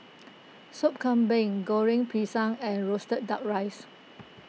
Sop Kambing Goreng Pisang and Roasted Duck Rice